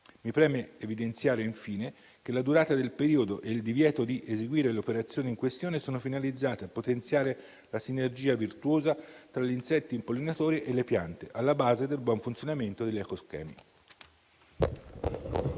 Mi preme evidenziare, infine, che la durata del periodo e il divieto di eseguire le operazioni in questione sono finalizzati a potenziare la sinergia virtuosa tra gli insetti impollinatori e le piante, alla base del buon funzionamento degli ecoschemi.